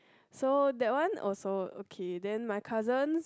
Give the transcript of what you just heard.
so that one also okay then my cousins